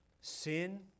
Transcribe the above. sin